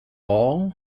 all